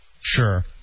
Sure